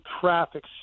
traffic